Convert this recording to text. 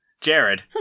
Jared